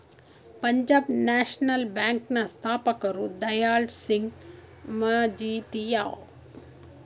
Punjab national bank ನ ಸ್ಥಾಪಕರು ದಯಾಳ್ ಸಿಂಗ್ ಮಜಿತಿಯ